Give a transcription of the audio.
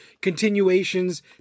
continuations